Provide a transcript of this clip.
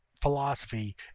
philosophy